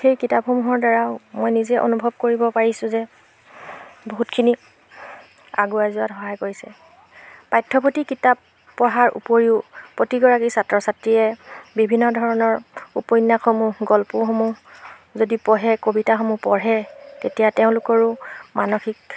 সেই কিতাপসমূহৰ দ্বাৰাও মই নিজে অনুভৱ কৰিব পাৰিছোঁ যে বহুতখিনি আগুৱাই যোৱাত সহায় কৰিছে পাঠ্যপুথি কিতাপ পঢ়াৰ উপৰিও প্ৰতিগৰাকী ছাত্ৰ ছাত্ৰীয়ে বিভিন্ন ধৰণৰ উপন্যাসসমূহ গল্পসমূহ যদি পঢ়ে কবিতাসমূহ পঢ়ে তেতিয়া তেওঁলোকৰো মানসিক